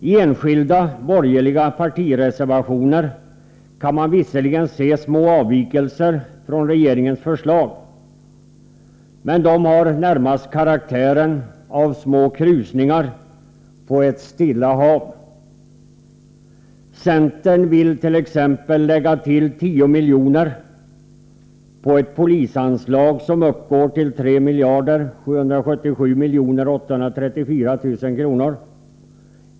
I enskilda borgerliga partireservationer kan man visserligen se små ekonomiska avvikelser från regeringens förslag, men de har närmast karaktären av små krusningar på ett stilla hav. Centern vill t.ex. lägga till 10 milj.kr. till ett polisanslag, som uppgår till 3 777 834 000 kr.